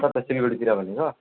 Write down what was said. कता सिलगढीतिर भन्नुभयो